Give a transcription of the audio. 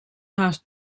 haast